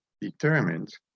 determined